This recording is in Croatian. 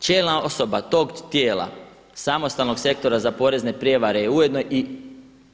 Čelna osoba tog tijela samostalnog sektora za porezne prijevare je ujedno i